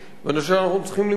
אני חושב שזה רעיון ראוי,